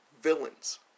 villains